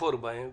לכפור בהם.